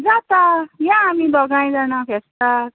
जाता या आमी दोगांय जाणां फेस्ताक